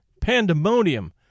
pandemonium